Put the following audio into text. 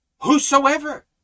whosoever